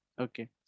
okay